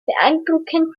beeindruckend